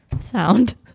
sound